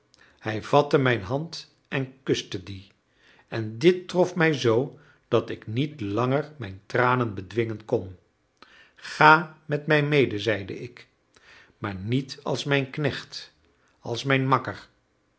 hij vatte mijn hand en kuste die en dit trof mij zoo dat ik niet langer mijn tranen bedwingen kon ga met mij mede zeide ik maar niet als mijn knecht als mijn makker